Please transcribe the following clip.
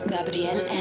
Gabriel